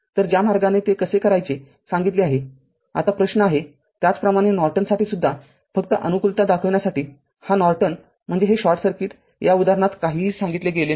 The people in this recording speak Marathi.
तर ज्या मार्गाने ते कसे करायचे सांगितले आहे आता प्रश्न आहेत्याचप्रमाणे नॉर्टनसाठी सुद्धा फक्त अनुकूलता दाखविण्यासाठी हा नॉर्टन म्हणजे हे शॉर्ट सर्किट या उदाहरणात काहीही सांगितले गेले नाही